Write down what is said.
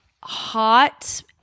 Hot